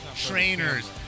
trainers